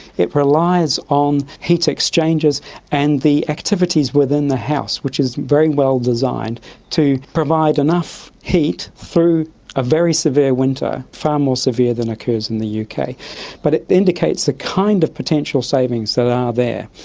it relies on heat exchanges and the activities within the house, which is very well-designed to provide enough heat through a very severe winter, far more severe than occurs in the yeah uk. but it indicates the kind of potential savings that are there.